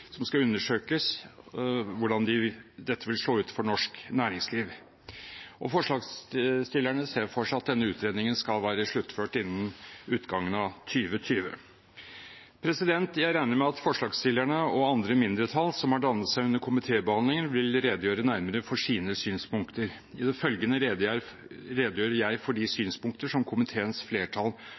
utredningen skal være sluttført innen utgangen av 2020. Jeg regner med at forslagsstillerne og andre mindretall som har dannet seg under komitébehandlingen, vil redegjøre nærmere for sine synspunkter. I det følgende redegjør jeg for de synspunkter som komiteens flertall